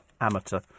amateur